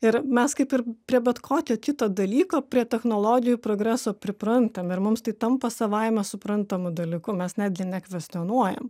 ir mes kaip ir prie bet kokio kito dalyko prie technologijų progreso priprantam ir mums tai tampa savaime suprantamu dalyku mes netgi nekvestionuojam